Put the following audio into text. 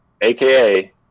aka